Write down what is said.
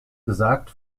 gesagt